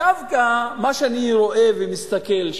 מה שאני רואה ומסתכל,